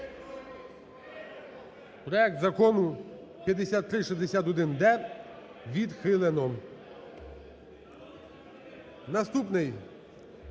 Проект Закону 5361-д відхилено.